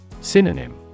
Synonym